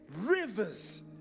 rivers